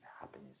happiness